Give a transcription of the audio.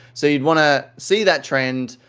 so, you'd want to see that trend,